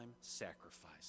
sacrifice